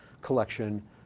collection